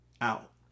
out